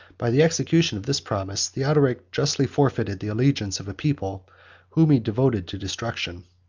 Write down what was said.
by the execution of this promise, theodoric justly forfeited the allegiance of a people whom he devoted to destruction.